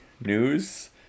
news